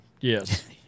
Yes